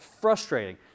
Frustrating